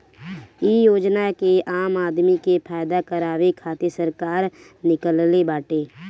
इ योजना के आम आदमी के फायदा करावे खातिर सरकार निकलले बाटे